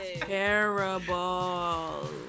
terrible